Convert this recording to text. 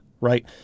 right